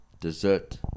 dessert